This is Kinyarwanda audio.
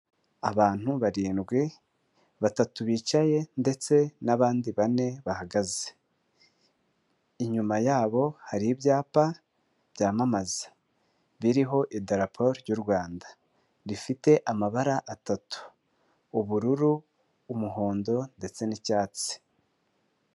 Abantu barindwi batatu bicaye ndetse n'abandi bane bahagaze, inyuma yabo hari ibyapa byamamaza biriho idarapo ry'u Rwanda rifite amabara atatu ubururu, umuhondo ndetse n'icyatsi.